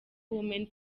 women